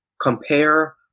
compare